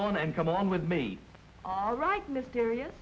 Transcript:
on and come on with me all right mysterious